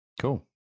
Cool